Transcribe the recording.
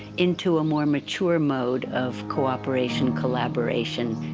into a more mature mode of cooperation, collaboration.